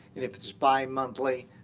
and if it's bimonthly,